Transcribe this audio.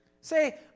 Say